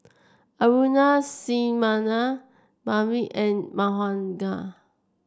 Aruna Sinnathamby and Manogar